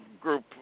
group